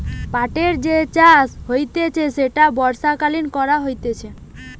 পাটের যে চাষ হতিছে সেটা বর্ষাকালীন করা হতিছে